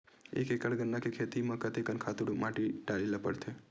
एक एकड़ गन्ना के खेती म कते कन खातु माटी डाले ल पड़ही?